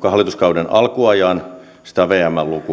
hallituskauden alkuajan siis tämä on vmn luku